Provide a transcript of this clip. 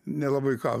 nelabai ką